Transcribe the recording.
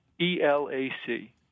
E-L-A-C